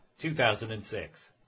2006